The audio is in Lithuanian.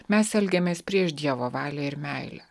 mes elgiamės prieš dievo valią ir meilę